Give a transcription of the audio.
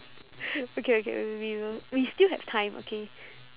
okay okay we will we still have time okay